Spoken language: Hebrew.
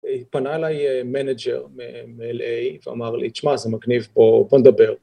פנה אליי מנג'ר מ LA ואמר לי: תשמע, זה מגניב פה, בוא נדבר.